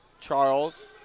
Charles